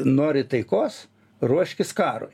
nori taikos ruoškis karui